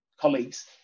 colleagues